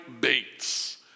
Bates